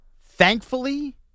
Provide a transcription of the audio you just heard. Thankfully